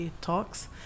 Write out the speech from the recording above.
talks